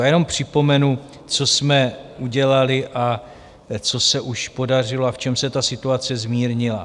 Jenom připomenu, co jsme udělali, co se už podařilo a v čem se ta situace zmírnila.